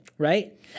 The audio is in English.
right